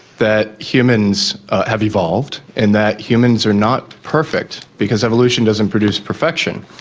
that humans have evolved and that humans are not perfect, because evolution doesn't produce perfection,